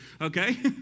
okay